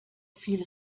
viel